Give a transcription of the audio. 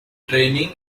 training